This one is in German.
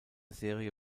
serie